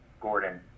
Gordon